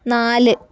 നാല്